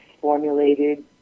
formulated